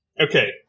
Okay